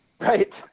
Right